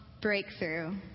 breakthrough